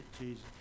Jesus